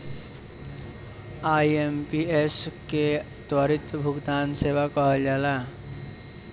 IMPS के त्वरित भुगतान सेवा कहल जाला